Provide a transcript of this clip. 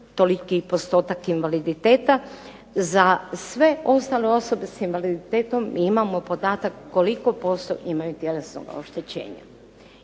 toliki postotak invaliditeta. Za sve ostale osobe sa invaliditetom mi imamo podatak koliko posto imaju tjelesnoga oštećenja.